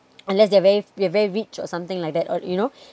unless they are very they are very rich or something like that you know